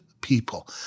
people